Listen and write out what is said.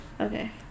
okay